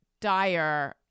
dire